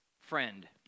friend